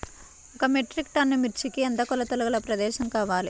ఒక metric ton మిర్చికి ఎంత కొలతగల ప్రదేశము కావాలీ?